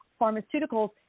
pharmaceuticals